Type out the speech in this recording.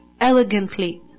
elegantly